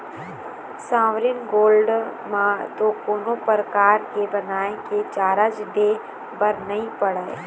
sovereign gold म तो कोनो परकार के बनाए के चारज दे बर नइ पड़य